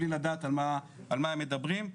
בלי לדעת על מה הם מדברים.